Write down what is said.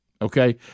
okay